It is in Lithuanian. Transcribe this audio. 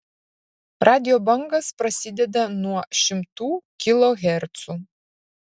radijo bangos prasideda nuo šimtų kilohercų